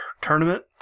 tournament